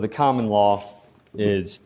the common law is